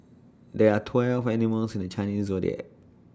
there are twelve animals in the Chinese Zodiac